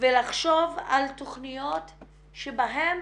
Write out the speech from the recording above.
ולחשוב על תכניות שבהן